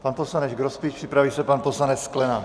Pan poslanec Grospič, připraví se pan poslanec Sklenák.